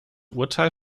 urteil